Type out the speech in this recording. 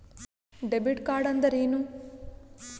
Debit ಕಾರ್ಡ್ಅಂದರೇನು?